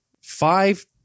five